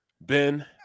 Ben